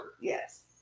Yes